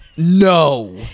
no